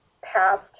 past